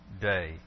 day